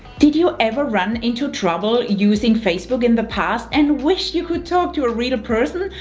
did you ever run into trouble using facebook in the past and wish you could talk to a real person?